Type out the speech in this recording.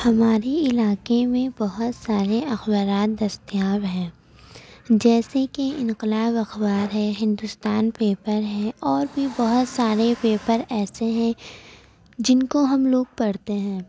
ہماری علاقے میں بہت سارے اخبارات دستیاب ہیں جیسے کہ انقلاب اخبار ہے ہندوستان پیپر ہے اور بھی بہت سارے پیپر ایسے ہیں جن کو ہم لوگ پڑھتے ہیں